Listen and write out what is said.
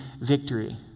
victory